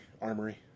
armory